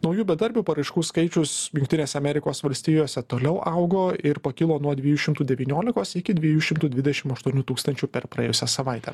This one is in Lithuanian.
naujų bedarbių paraiškų skaičius jungtinėse amerikos valstijose toliau augo ir pakilo nuo dviejų šimtų devyniolikos iki dviejų šimtų dvidešim aštuonių tūkstančių per praėjusią savaitę